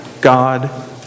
God